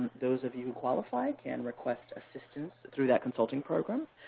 those of you who qualify can request assistance through that consulting program.